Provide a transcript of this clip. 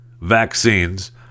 vaccines